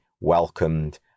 welcomed